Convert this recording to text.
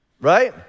right